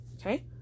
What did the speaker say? Okay